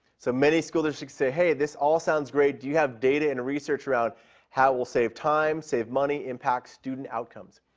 so, many school districts say, hey, this all sounds great. do have data and research around how it will save time, save money, and impact student outcomes?